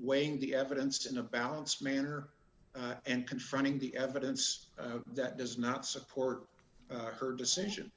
weighing the evidence in a balanced manner and confronting the evidence that does not support her decision